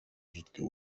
жуткое